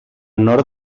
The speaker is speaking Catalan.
nord